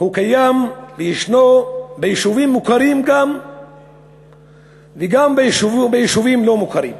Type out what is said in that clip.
קיים וישנו גם ביישובים מוכרים וגם ביישובים לא מוכרים.